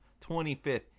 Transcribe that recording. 25th